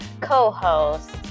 co-host